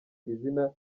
izina